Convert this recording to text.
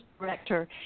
director